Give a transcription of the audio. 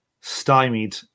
stymied